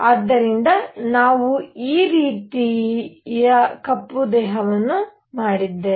ಆದ್ದರಿಂದ ನಾವು ಈ ರೀತಿಯ ಕಪ್ಪು ದೇಹವನ್ನು ಮಾಡಿದ್ದೇವೆ